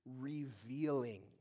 revealing